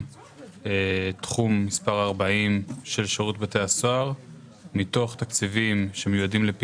בפעם הקודמת הוספנו תקציב - אם אני יודע למה